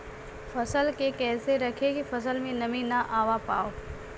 फसल के कैसे रखे की फसल में नमी ना आवा पाव?